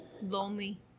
Lonely